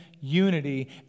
unity